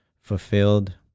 fulfilled